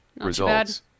Results